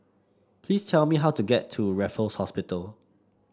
please tell me how to get to Raffles Hospital